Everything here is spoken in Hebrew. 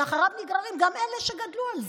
ואחריו נגררים גם אלה שגדלו על זה.